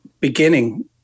beginning